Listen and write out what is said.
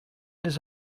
does